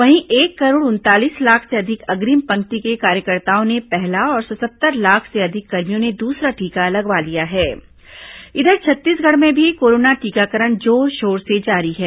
वहीं एक करोड़ उनतालीस लाख से अधिक अग्रिम पंक्ति के कार्यकर्ताओं ने पहला और सतहत्तर लाख से अधिक कर्मियों ने दूसरा टीका लगवा लिया है इधर छत्तीसगढ़ में भी कोरोना टीकाकरण जोरशोर से जारी है